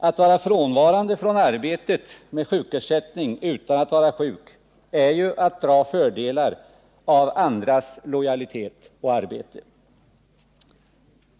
Att vara frånvarande från arbetet med sjukersättning utan att vara sjuk är att dra fördelar av andras lojalitet och arbete.